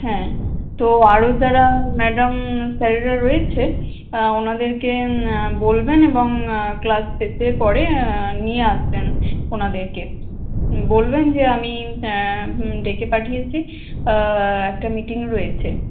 হ্যাঁ তো আরো যারা ম্যাডাম স্যারেরা রয়েছেন ওনাদেরকে বলবেন এবং ক্লাস শেষের পরে নিয়ে আসবেন ওনাদেরকে বলবেন যে আমি হুম ডেকে পাঠিয়েছি একটা মিটিং রয়েছে